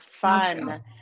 fun